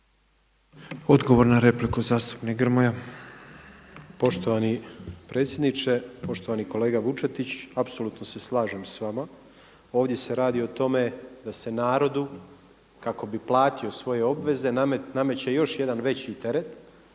Odgovor na repliku zastupnik Bulj.